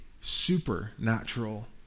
supernatural